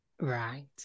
Right